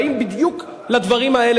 באים בדיוק לדברים האלה,